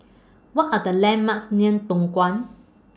What Are The landmarks near Tongkang